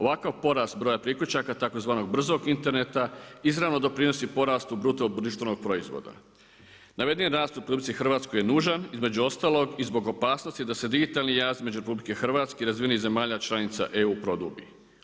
Ovakav porast broja priključaka tzv. brzog interneta izravno doprinosi porastu bruto društvenog proizvoda. navedeni rast u RH je nužan između ostalog i zbog opasnosti da se digitalni jaz između RH i razvijenih zemalja članica EU produbi.